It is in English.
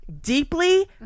deeply